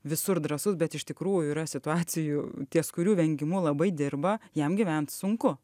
visur drąsus bet iš tikrųjų yra situacijų ties kurių vengimu labai dirba jam gyvent sunku